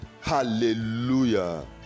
hallelujah